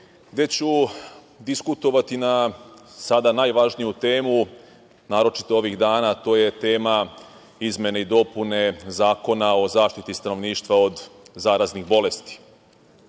gde ću diskutovati na sada najvažniju temu, naročito ovih dana, a to je tema izmene i dopune zakona o zaštiti stanovništva od zaraznih bolesti. Kao